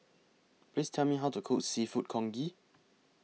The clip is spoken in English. Please Tell Me How to Cook Seafood Congee